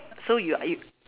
so you're you